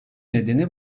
nedeni